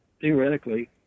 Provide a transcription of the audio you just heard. theoretically